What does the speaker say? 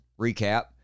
recap